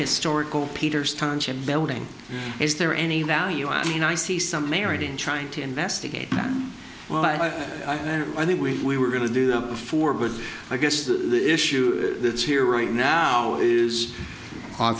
historical peter's timeship building is there any value i mean i see some merit in trying to investigate them well i think we were going to do that before but i guess the issue that's here right now is